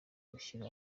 gushyira